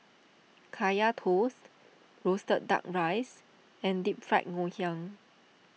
Kaya Toast Roasted Duck Rice and Deep Fried Ngoh Hiang